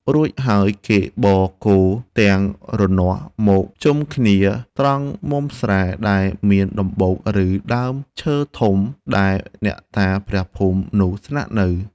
រួចហើយគេបរគោទាំងរនាស់មកភ្ជុំគ្នាត្រង់មុមស្រែ ដែលមានដំបូក ឬ ដើមឈើធំ ដែលអ្នកតាព្រះភូមិនោះស្នាក់នៅ។